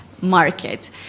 market